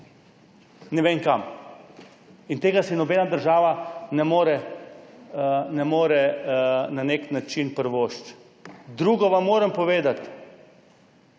ne vem, kam. In tega si nobena država ne more na nek način privoščiti. Drugo, kar vam moram povedati,